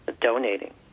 donating